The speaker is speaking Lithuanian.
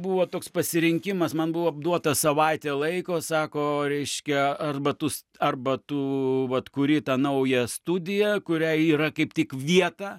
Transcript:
buvo toks pasirinkimas man buvo abduota savaitė laiko sako reiškia ar batus arba tu vat kuri tą naują studiją kuriai yra kaip tik vieta